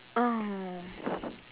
oh